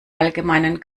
allgemeinen